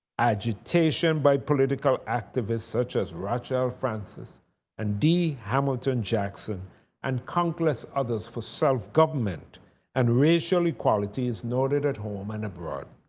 agitation by political activists such as rachel francis and d hamilton jackson and countless others for self government and racial equalities noted at home and a broad.